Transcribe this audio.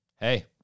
Hey